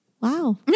wow